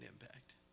impact